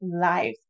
life